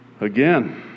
Again